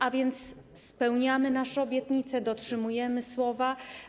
A więc spełniamy nasze obietnice, dotrzymujemy słowa.